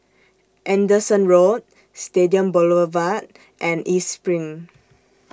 Anderson Road Stadium Boulevard and East SPRING